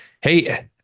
Hey